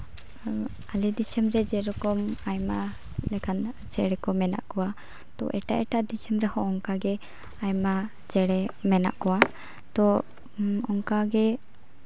ᱟᱞᱮ ᱫᱤᱥᱚᱢ ᱨᱮ ᱡᱮᱨᱚᱠᱚᱢ ᱟᱭᱢᱟ ᱞᱮᱠᱟᱱ ᱪᱮᱬᱮ ᱠᱚ ᱢᱮᱱᱟᱜ ᱠᱚᱣᱟ ᱛᱳ ᱮᱴᱟᱜ ᱮᱴᱟᱜ ᱫᱤᱥᱚᱢ ᱨᱮᱦᱚᱸ ᱚᱱᱠᱟᱜᱮ ᱟᱭᱢᱟ ᱪᱮᱬᱮ ᱢᱮᱱᱟᱜ ᱠᱚᱣᱟ ᱛᱚ ᱚᱱᱠᱟᱜᱮ